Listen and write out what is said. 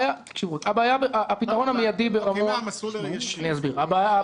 שלנוחתים יהיה מסלול ישיר ואז בשעות העומס אין בעיה.